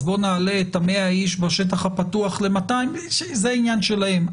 בוא נעלה את ה-100 איש בשטח הפתוח ל-200 זה עניין שלהם,